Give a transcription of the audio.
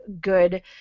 good